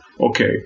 Okay